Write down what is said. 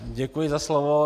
Děkuji za slovo.